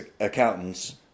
accountants